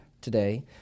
today